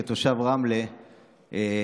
כתושב רמלה בעברי,